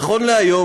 נכון להיום,